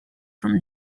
from